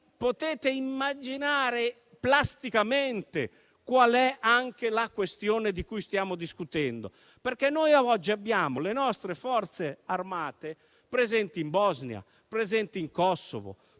potete immaginare plasticamente qual è anche la questione di cui stiamo discutendo. Oggi abbiamo le nostre Forze armate presenti in Bosnia, in Kosovo,